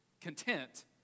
content